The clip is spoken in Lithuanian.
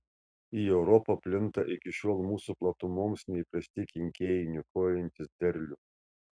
į europą plinta iki šiol mūsų platumoms neįprasti kenkėjai niokojantys derlių